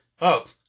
up